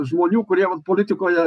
žmonių kurie vat politikoje